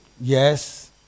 yes